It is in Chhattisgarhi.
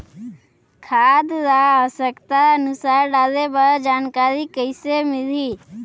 खाद ल आवश्यकता अनुसार डाले बर जानकारी कइसे मिलही?